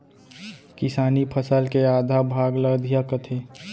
किसानी फसल के आधा भाग ल अधिया कथें